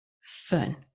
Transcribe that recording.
fun